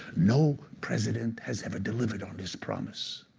no president has ever delivered on his promise.